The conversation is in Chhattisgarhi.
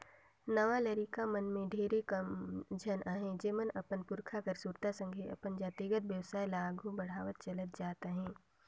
नावा लरिका मन में ढेरे कम झन अहें जेमन अपन पुरखा कर सुरता संघे अपन जातिगत बेवसाय ल आघु बढ़ावत चले जात अहें